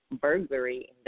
burglary